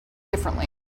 differently